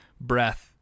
breath